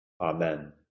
Amen